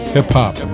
Hip-hop